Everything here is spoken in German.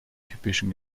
typischen